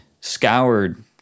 scoured